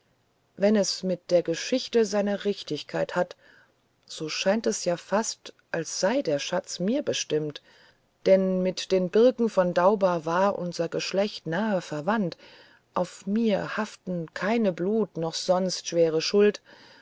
wenn es mit der geschichte seine richtigkeit hat so scheint es ja fast als sei der schatz mir bestimmt denn mit den birken von dauba war unser geschlecht nahe verwandt auf mir haften keine blut noch sonst schwere schuld